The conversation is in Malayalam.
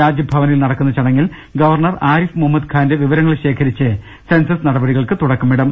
രാജ്ഭവനിൽ നടക്കുന്ന പ്പടങ്ങിൽ ഗവർണർ ആരിഫ് മുഹമ്മദ്ഖാന്റെ വിവരങ്ങൾ ശേഖരിച്ച് സെൻസസ് നടപടികൾക്ക് തുടക്കമിടും